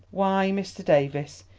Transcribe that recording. why, mr. davies,